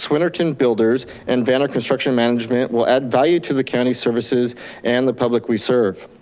swinnerton builders, and vander construction management will add value to the county's services and the public we serve.